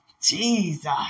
Jesus